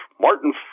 Martin